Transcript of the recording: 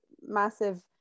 massive